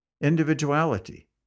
Individuality